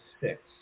six